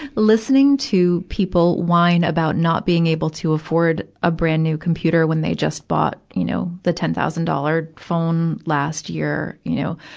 listening to people whine about not being able to afford a brand new computer when they just bought, you know, the ten thousand dollars phone last year, you know,